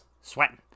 Sweating